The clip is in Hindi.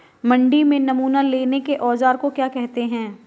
मंडी में नमूना लेने के औज़ार को क्या कहते हैं?